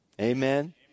Amen